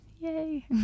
Yay